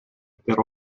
per